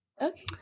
Okay